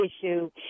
issue